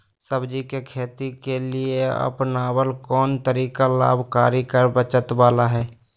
सब्जी के खेती के लिए अपनाबल कोन तरीका लाभकारी कर बचत बाला है?